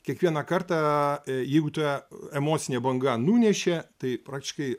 kiekvieną kartą jeigu ta emocinė banga nunešė tai praktiškai